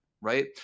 right